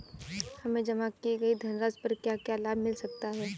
हमें जमा की गई धनराशि पर क्या क्या लाभ मिल सकता है?